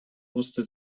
musste